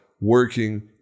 working